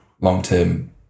long-term